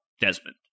Desmond